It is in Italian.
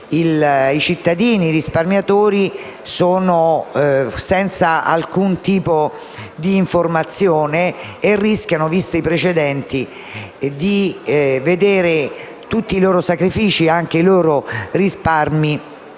i cittadini e i risparmiatori sono senza alcun tipo di informazione e rischiano, visti i precedenti, di vedere tutti i loro sacrifici e i loro risparmi